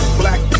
black